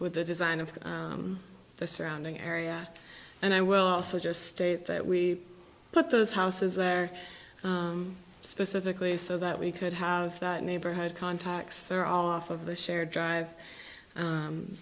with the design of the surrounding area and i will also just state that we put those houses there specifically so that we could have neighborhood contacts are all off of the shared drive